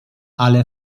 ale